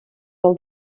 del